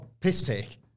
piss-take